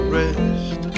rest